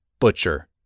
Butcher